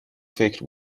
فکر